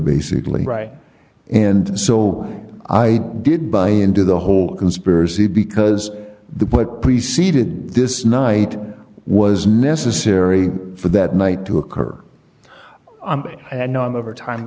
basically right and so i didn't buy into the whole conspiracy because the what preceded this night was necessary for that night to occur no overtime